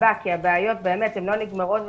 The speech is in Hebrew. הבעיות לא נגמרות בשטח.